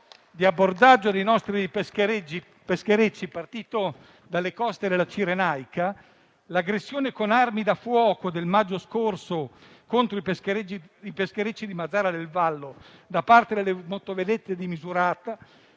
di abbordaggio dei nostri pescherecci partito dalle coste della Cirenaica e l'aggressione con armi da fuoco del maggio scorso contro i pescherecci di Mazara del Vallo da parte delle motovedette di Misurata